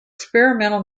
experimental